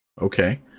Okay